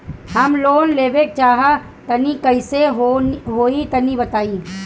हम लोन लेवल चाह तनि कइसे होई तानि बताईं?